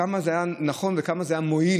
כמה זה היה נכון וכמה זה היה מועיל,